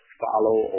follow